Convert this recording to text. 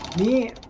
the